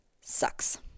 sucks